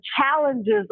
challenges